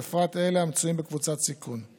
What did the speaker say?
בפרט אלה המצויים בקבוצת סיכון.